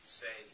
say